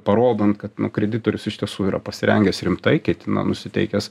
parodant kad kreditorius iš tiesų yra pasirengęs rimtai ketina nusiteikęs